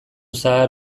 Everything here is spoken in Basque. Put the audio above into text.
zahar